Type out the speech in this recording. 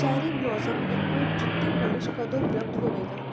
cherry blossom liquid ਜੁੱਤੀ polish ਕਦੋਂ ਉਪਲੱਬਧ ਹੋਵੇਗਾ